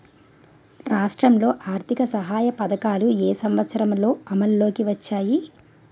రాష్ట్రంలో ఆర్థిక సహాయ పథకాలు ఏ సంవత్సరంలో అమల్లోకి వచ్చాయి?